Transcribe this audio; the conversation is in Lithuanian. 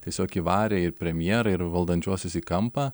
tiesiog įvarė ir premjerą ir valdančiuosius į kampą